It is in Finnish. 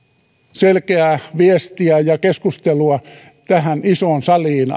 selkeää viestiä ja keskustelua tähän isoon saliin